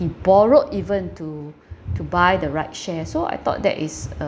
borrowed even to to buy the right share so I thought that is a